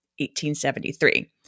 1873